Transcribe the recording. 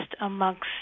amongst